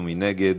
ומי נגד?